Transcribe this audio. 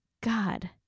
God